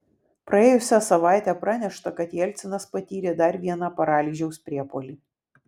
praėjusią savaitę pranešta kad jelcinas patyrė dar vieną paralyžiaus priepuolį